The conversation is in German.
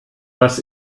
was